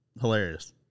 hilarious